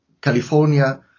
California